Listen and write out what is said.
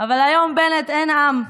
אבל בנט, אין עם.